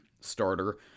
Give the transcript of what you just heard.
starter